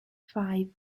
five